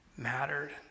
mattered